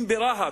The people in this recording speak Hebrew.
אם ברהט,